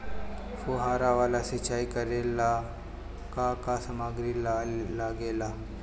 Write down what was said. फ़ुहारा वाला सिचाई करे लर का का समाग्री लागे ला?